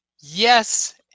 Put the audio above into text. Yes